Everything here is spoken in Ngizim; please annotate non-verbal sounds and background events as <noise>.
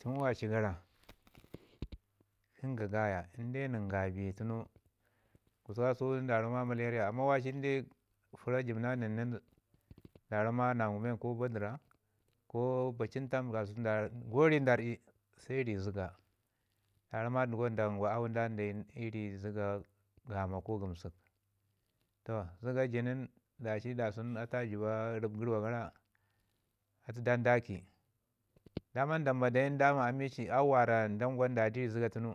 Tun washi gara tun ga gaya in de nən nga bi nin gususku kosau nin nda ramma maleriya amman wali inde fəra jib na nən nin nda ramma nən yu men ko badira ko bacin tam kasau, ko ri da ir'yi se ri zaga dama ramma dangu <unintelligible> i ri zəga gama ko gəmsək toh daci da sunu zəga ju nin a jiba rəb gurwa gara atu dan da ki. daman damba da yin nda kwa amici auu wara dangwau da ya du i ri zəga tunu